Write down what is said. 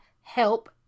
help